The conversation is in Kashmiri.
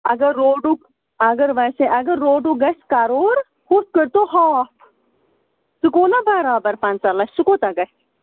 اَگر روڈُک اگر ویسے اگر روڈُک گژھِ کَرور ہُتھ کٔرۍ تو ہاف سُہ گوٚو نَہ بَرابَر پنٛژاہ لَچھ سُہ کوٗتاہ گژھِ